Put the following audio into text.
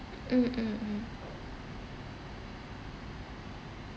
mm mm mm